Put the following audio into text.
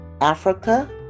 Africa